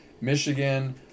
Michigan